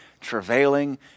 travailing